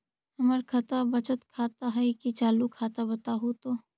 हमर खतबा बचत खाता हइ कि चालु खाता, बताहु तो?